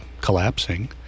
collapsing